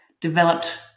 developed